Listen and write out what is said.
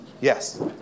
Yes